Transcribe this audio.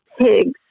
pigs